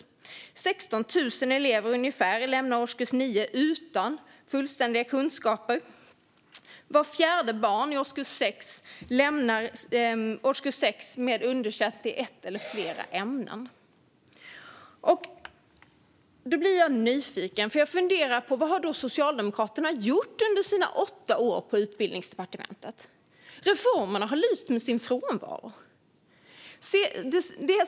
Ungefär 16 000 elever lämnar årskurs 9 utan fullständiga kunskaper, och vart fjärde barn lämnar årskurs 6 med underkänt i ett eller flera ämnen. Vad gjorde egentligen Socialdemokraterna under sina åtta år på Utbildningsdepartementet? Reformerna har lyst med sin frånvaro.